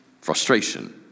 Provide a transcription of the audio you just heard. frustration